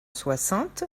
soixante